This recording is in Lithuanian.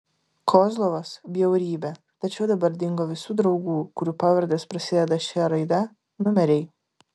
kozlovas bjaurybė tačiau dabar dingo visų draugų kurių pavardės prasideda šia raide numeriai